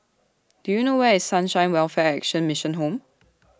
Do YOU know Where IS Sunshine Welfare Action Mission Home